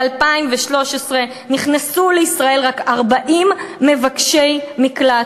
ב-2013 נכנסו לישראל רק 40 מבקשי מקלט,